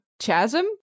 chasm